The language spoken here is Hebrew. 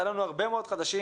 היה לנו הרבה מאוד חודשים